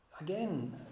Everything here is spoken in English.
again